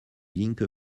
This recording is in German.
linke